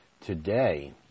Today